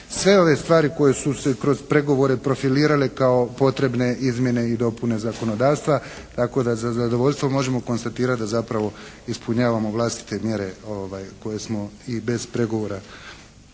sve ove stvari koje su se kroz pregovore profilirale kao potrebne izmjene i dopune zakonodavstva tako da sa zadovoljstvom možemo konstatirati da zapravo ispunjavamo vlastite mjere koje smo i bez pregovora,